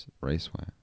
Raceway